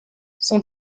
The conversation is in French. son